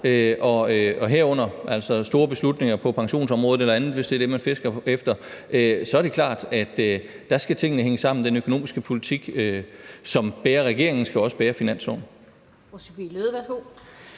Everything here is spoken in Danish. herunder altså store beslutninger på pensionsområdet eller andet, hvis det er det, man fisker efter, så er det klart, at der skal tingene hænge sammen – den økonomiske politik, som bærer regeringen, skal også bære finansloven.